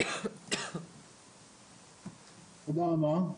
תודה רבה.